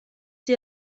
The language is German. sie